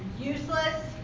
Useless